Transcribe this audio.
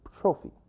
trophy